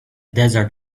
desert